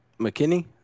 McKinney